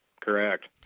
Correct